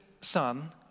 son